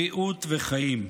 בריאות וחיים.